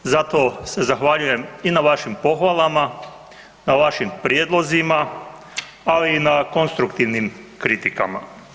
Zato se zahvaljujem i na vašim pohvalama, na vašim prijedlozima, ali i na konstruktivnim kritikama.